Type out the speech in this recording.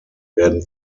werden